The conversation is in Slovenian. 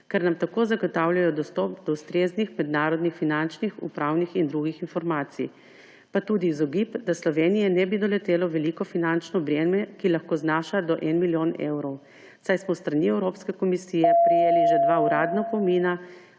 ker nam tako zagotavljajo dostop do ustreznih mednarodnih finančnih, upravnih in drugih informacij, pa tudi v izogib, da Slovenije ne bi doletelo veliko finančno breme, ki lahko znaša do milijon evrov, saj smo s strani Evropske komisije prejeli že dva uradna opomina